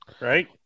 right